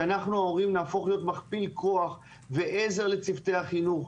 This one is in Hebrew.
שאנחנו ההורים נהפוך להיות מכפיל כוח ועזר לצוותי החינוך,